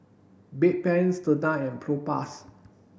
Bedpans Tena and Propass